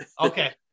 Okay